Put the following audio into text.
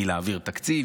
מלהעביר תקציב,